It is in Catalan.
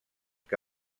que